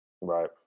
Right